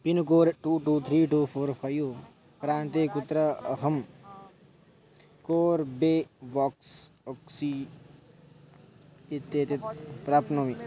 pin code two two three two four five प्रान्ते कुत्र अहं कोर्बेवोक्स् ओक्सी इत्येतत् प्राप्नोमि